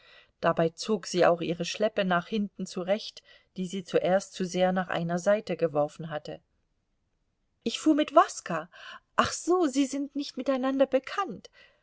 dabei zog sie auch ihre schleppe nach hinten zurecht die sie zuerst zu sehr nach einer seite geworfen hatte ich fuhr mit waska ach so sie sind nicht miteinander bekannt